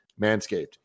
Manscaped